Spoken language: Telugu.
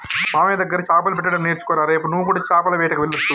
మామయ్య దగ్గర చాపలు పట్టడం నేర్చుకోరా రేపు నువ్వు కూడా చాపల వేటకు వెళ్లొచ్చు